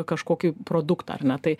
kažkokį produktą ar ne tai